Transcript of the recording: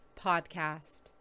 podcast